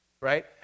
right